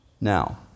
Now